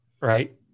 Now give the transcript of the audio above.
right